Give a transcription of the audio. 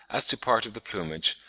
as to part of the plumage,